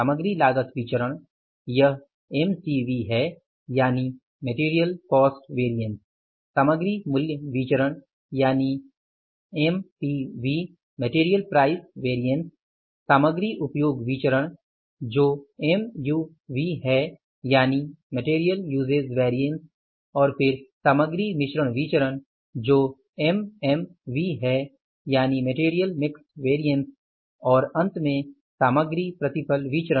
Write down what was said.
सामग्री लागत विचरण यह MCV है सामग्री मूल्य विचरण यानी MPV सामग्री उपयोग विचरण जो MUV है फिर सामग्री मिश्रण विचरण जो MMV है और अंत में सामग्री प्रतिफल विचरण